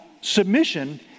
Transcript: Submission